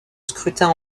scrutin